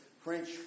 French